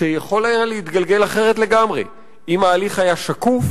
שיכול היה להתגלגל אחרת לגמרי אם ההליך היה שקוף,